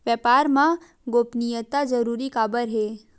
व्यापार मा गोपनीयता जरूरी काबर हे?